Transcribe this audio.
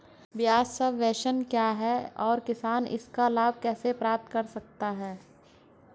ब्याज सबवेंशन क्या है और किसान इसका लाभ कैसे प्राप्त कर सकता है?